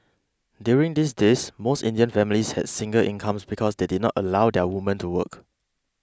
during these days most Indian families had single incomes because they did not allow their women to work